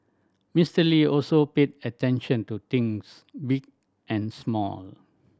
Mister Lee also paid attention to things big and small